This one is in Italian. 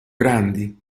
grandi